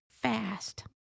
fast